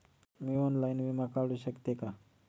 मी online विमा काढू शकते का?